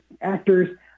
actors